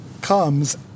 comes